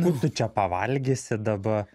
kur tu čia pavalgysi daba